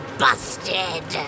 busted